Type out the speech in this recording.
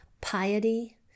piety